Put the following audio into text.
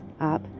up